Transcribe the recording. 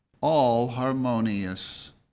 all-harmonious